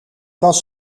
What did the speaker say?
was